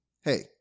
hey